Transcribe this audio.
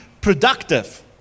productive